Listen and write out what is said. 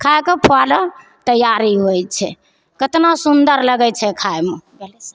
खाएकऽ पालऽ तैआरी होइत छै केतना सुन्दर लगैत छै खाइमे बोलु